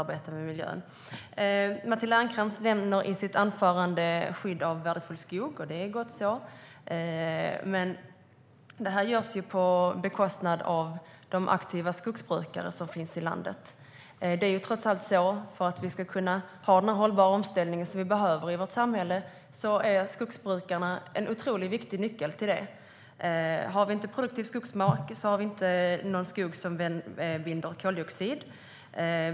I sitt anförande nämner Matilda Ernkrans skydd av värdefull skog. Gott så. Men det görs på bekostnad av de aktiva skogsbrukare som finns i landet. Ska vi kunna få den hållbara omställning som vårt samhälle behöver är skogsbrukarna en viktig nyckel. Om vi inte har produktiv skogsmark har vi inte någon skog som binder koldioxid.